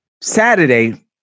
Saturday